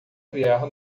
criar